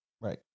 Right